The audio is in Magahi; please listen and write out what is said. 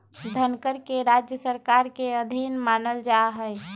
धनकर के राज्य सरकार के अधीन मानल जा हई